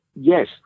yes